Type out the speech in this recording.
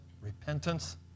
repentance